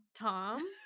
Tom